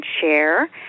share